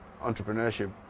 entrepreneurship